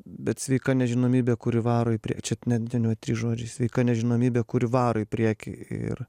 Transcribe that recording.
bet sveika nežinomybė kuri varo į priek čia ne ne trys žodžiai sveika nežinomybė kuri varo į priekį ir